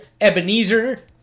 Ebenezer